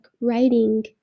writing